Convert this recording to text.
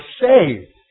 saved